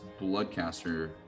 Bloodcaster